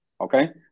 okay